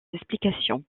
explication